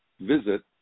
visit